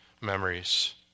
memories